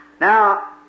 Now